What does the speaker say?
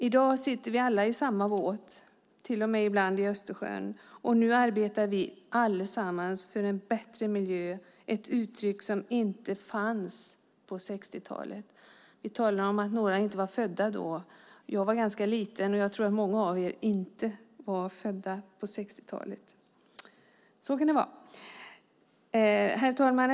I dag sitter vi alla i samma båt, till och med ibland i Östersjön, och nu arbetar vi allesamman för en bättre miljö, ett uttryck som inte fanns på 60-talet. Vi talar om att några inte var födda då. Jag var ganska liten, och jag tror att många av er inte var födda på 60-talet. Herr talman!